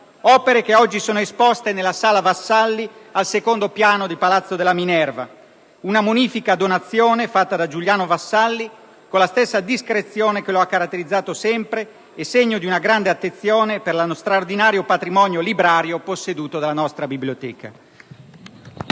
Opere che oggi sono esposte nella Sala Vassalli, al secondo piano del Palazzo della Minerva. Una munifica donazione fatta da Giuliano Vassalli con la stessa discrezione che lo ha caratterizzato sempre e segno di una grande affezione per lo straordinario patrimonio librario posseduto dalla nostra biblioteca.